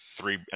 three